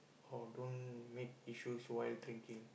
or don't make issues while drinking